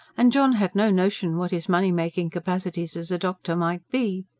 and john had no notion what his money-making capacities as a doctor might be.